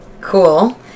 Cool